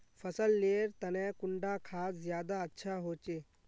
फसल लेर तने कुंडा खाद ज्यादा अच्छा होचे?